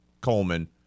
Coleman